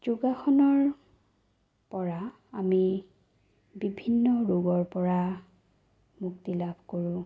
যোগাসনৰ পৰা আমি বিভিন্ন ৰোগৰ পৰা মুক্তি লাভ কৰোঁ